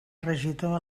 regidor